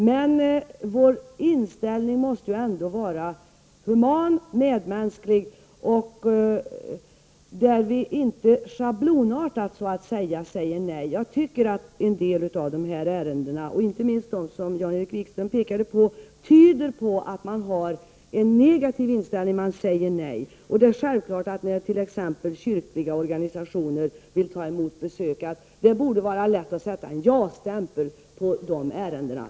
Men vår inställning måste ändå vara human och medmänsklig, och vi skall inte schablonartat säga nej. Jag anser att en del av de ärenden som tagits upp, inte minst de som Jan-Erik Wikström pekade på, tyder på att det finns en negativ inställning. Man säger nej. När t.ex. kyrkliga organisationer vill ta emot besök borde det självfallet vara lätt att sätta en ja-stämpel på pappret i de ärendena.